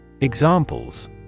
Examples